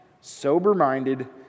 sober-minded